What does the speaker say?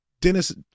Dennis